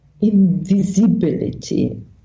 invisibility